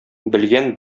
белгән